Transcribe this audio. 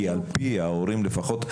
כי על פי ההורים לפחות,